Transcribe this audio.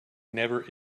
never